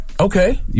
Okay